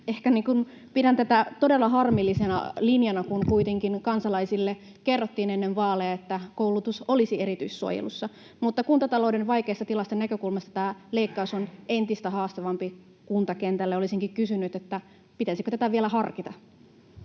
Pidän tätä todella harmillisena linjana, kun kuitenkin kansalaisille kerrottiin ennen vaaleja, että koulutus olisi erityissuojelussa. Kuntatalouden vaikean tilan näkökulmasta tämä leikkaus on entistä haastavampi kuntakentälle. Olisinkin kysynyt, pitäisikö tätä vielä harkita.